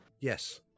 Yes